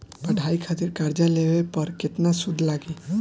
पढ़ाई खातिर कर्जा लेवे पर केतना सूद लागी?